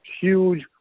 huge